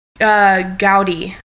Gaudi